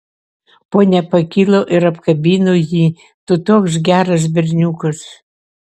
ponia pakilo ir apkabino jį tu toks geras berniukas